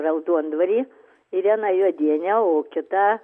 raudondvary ireną juodienę o kitą